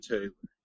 Taylor